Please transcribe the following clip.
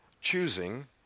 choosing